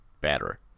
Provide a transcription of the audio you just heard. better